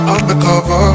Undercover